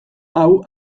hau